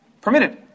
permitted